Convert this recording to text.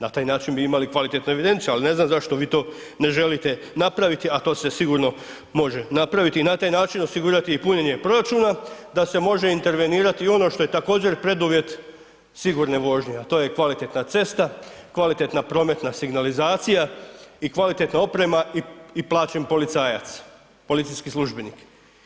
Na taj način bi imali kvalitetnu evidenciju ali ne znam zašto vi to ne želite napraviti a to se sigurno može napraviti i na taj način osigurati i punjenje proračuna da se može intervenirati i ono što je također preduvjet sigurne vožnje a to je kvalitetna cesta, kvalitetna prometna signalizacija i kvalitetna oprema i plaćen policajac, policijski službenik.